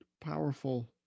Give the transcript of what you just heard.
powerful